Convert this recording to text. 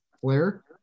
flair